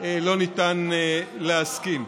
לא ניתן להסכים.